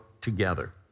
together